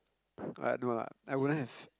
I don't know lah I wouldn't have